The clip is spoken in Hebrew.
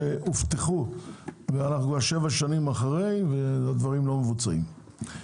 שהובטחו ואנחנו כבר שבע שנים אחרי והדברים לא מבוצעים.